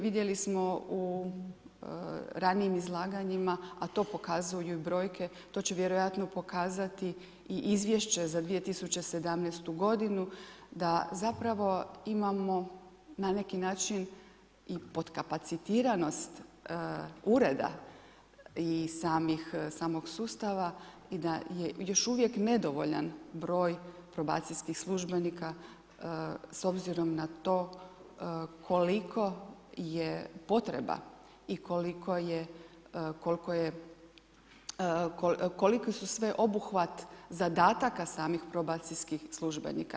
Vidjeli smo ranijim izlaganjima, a to pokazuju i brojke, to će vjerojatno pokazati i izvješće za 2017. godinu, da zapravo imamo na neki način i potkapacitiranost ureda i samog sustava i da je još uvijek nedovoljan broj probacijskih službenika s obzirom na to koliko je potreba i koliko je, koliki su sve obuhvat zadataka samih probacijskih službenika.